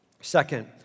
Second